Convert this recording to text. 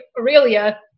Aurelia